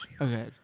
Okay